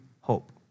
hope